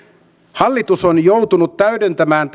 hallitus on joutunut täydentämään